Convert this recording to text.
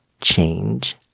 change